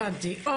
הבנתי, אוקיי.